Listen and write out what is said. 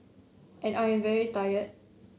and I am very tired